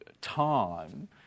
time